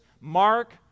Mark